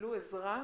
קיבלו עזרה